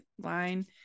line